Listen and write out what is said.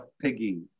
Piggy